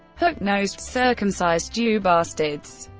hook-nosed, circumcised jew bastards.